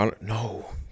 No